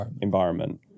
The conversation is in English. environment